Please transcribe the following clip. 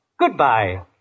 Goodbye